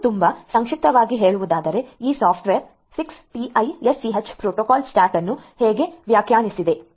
ಇನ್ನು ತುಂಬಾ ಸಂಕ್ಷಿಪ್ತವಾಗಿ ಹೇಳುವುದಾದರೆ ಈ ಸಾಫ್ಟ್ವೇರ್ 6TiSCH ಪ್ರೊಟೊಕಾಲ್ ಸ್ಟ್ಯಾಕ್ ಅನ್ನು ಹೇಗೆ ವ್ಯಾಖ್ಯಾನಿಸಿದೆ